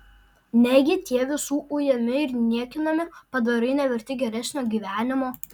negi tie visų ujami ir niekinami padarai neverti geresnio gyvenimo